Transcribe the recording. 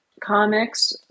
comics